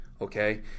okay